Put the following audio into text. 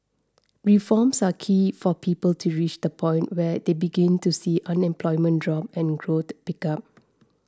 reforms are key for people to reach the point where they begin to see unemployment drop and growth pick up